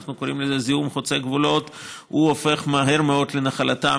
אנחנו קוראים לזה "זיהום חוצה גבולות" הוא הופך מהר מאוד לנחלתם